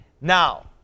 Now